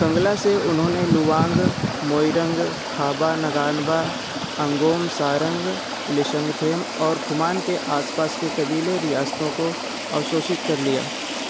कंगला से उन्होंने लुवांग मोइरंग खाबा नगानबा अंगोम सारंग लीशंगथेम और खुमान के आसपास के कबीले रियासतों को अवशोषित कर लिया